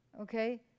Okay